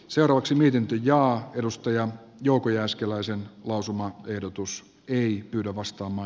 seuravaksi niiden sijaan edustaja jouko jääskeläisen lausuman ehdotus ei ryhdy ostama